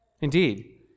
Indeed